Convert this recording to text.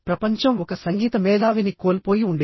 ప్రపంచం ఒక సంగీత మేధావిని కోల్పోయి ఉండేది